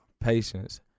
Patience